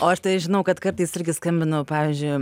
o aš tai žinau kad kartais irgi skambinu pavyzdžiui